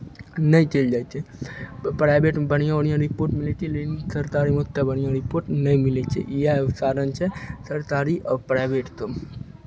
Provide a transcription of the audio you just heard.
नहि तलि दाइ छै प्राइवेटमे बढ़िआँ बढ़िआँ रिपोर्ट मिलै छै लेकिन थरतारीमे ओतेक बढ़िआँ रिपोर्ट नहि मिलाय छै इएह तारण छै सरकारी प्राइवेटते